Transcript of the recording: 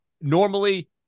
normally